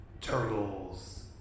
turtles